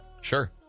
Sure